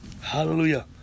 Hallelujah